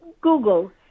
Google